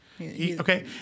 Okay